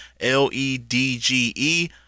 L-E-D-G-E